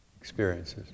Experiences